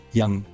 yang